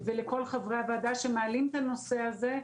ולכל חברי הוועדה שמעלים את הנושא הזה,